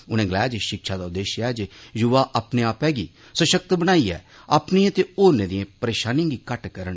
उनें गलाया जे शिक्षा दा उद्देश्य ऐ जे युवा अपने आपा गी सशक्त बनाइये अपनिएं ते होरनें दिएं परेशानिएं गी घट्ट करन